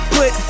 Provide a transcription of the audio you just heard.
Put